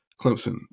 Clemson